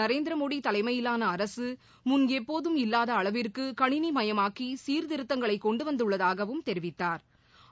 நரேந்திரமோடிதலைமையிலானஅரசுமுன் எப்போதம் இல்லாதஅளவிற்குகணினிமயமாக்கிசீர்திருத்தங்களைகொண்டுவந்துள்ளதாகவும் தெரிவித்தாா்